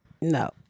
No